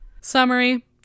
Summary